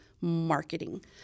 marketing